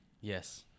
Yes